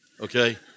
okay